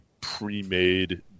pre-made